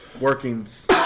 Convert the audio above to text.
workings